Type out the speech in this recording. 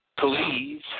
Please